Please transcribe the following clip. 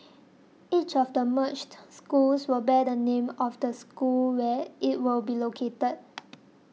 each of the merged schools will bear the name of the school where it will be located